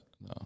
no